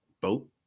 boat